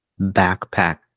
backpack